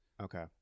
Okay